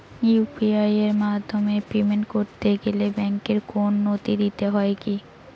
UPI এর মাধ্যমে payment করতে গেলে ব্যাংকের কোন নথি দিতে হয় কি?